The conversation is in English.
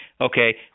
Okay